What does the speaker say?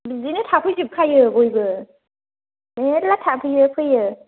बिदिनो थाफैजोबखयो बयबो मेरला थाफैयो फैयो